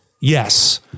yes